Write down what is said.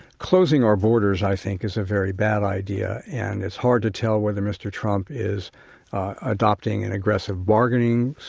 closing our borders i think is a very bad idea, and it's hard to tell whether mr. trump is adopting an aggressive bargaining